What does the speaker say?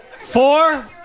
Four